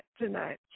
tonight